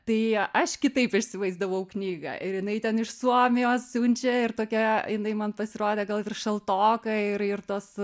tai aš kitaip įsivaizdavau knygą ir jinai ten iš suomijos siunčia ir tokia jinai man pasirodė gal ir šaltoka ir ir tos